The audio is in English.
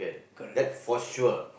correct